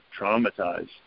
traumatized